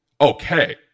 okay